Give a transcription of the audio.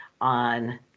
on